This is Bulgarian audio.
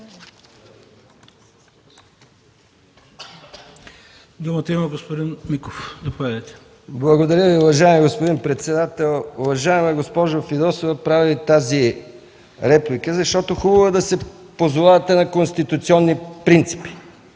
Думата има господин Миков. Заповядайте. МИХАИЛ МИКОВ (КБ): Благодаря Ви, уважаеми господин председател. Уважаема госпожо Фидосова, правя Ви тази реплика, защото хубаво е да се позовавате на конституционни принципи,